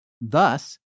Thus